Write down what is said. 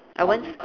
I won't s~